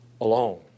alone